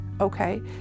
okay